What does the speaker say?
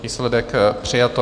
Výsledek: přijato.